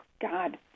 God